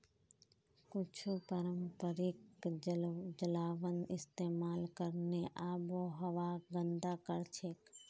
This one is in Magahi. कुछू पारंपरिक जलावन इस्तेमाल करले आबोहवाक गंदा करछेक